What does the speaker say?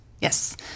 Yes